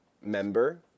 member